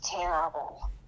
terrible